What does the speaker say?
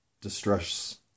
distress